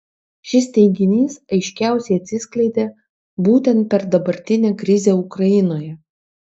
šis teiginys aiškiausiai atsiskleidė būtent per dabartinę krizę ukrainoje